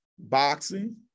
boxing